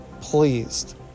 pleased